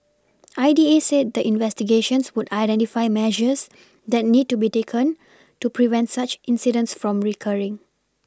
I D A said the investigations would identify measures that need to be taken to prevent such incidents from recurring